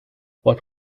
what